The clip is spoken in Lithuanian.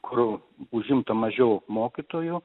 kur užimta mažiau mokytojų